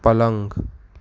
پلنگ